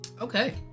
Okay